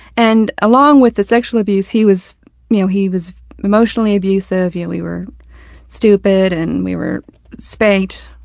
and along with the sexual abuse he was, you know, he was emotionally abusive. you know, we were stupid, and we were spanked.